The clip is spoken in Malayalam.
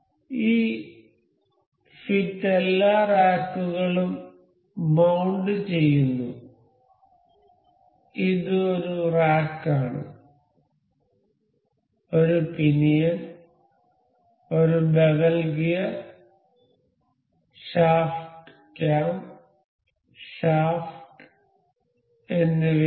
ഈ ഫിറ്റ് എല്ലാ റാക്കുകളും മൌണ്ട് ചെയ്യുന്നു ഇത് ഒരു റാക്കാണ് ഒരു പിനിയൻ ഒരു bevel gear shaft cam shaft എന്നിവയാണ്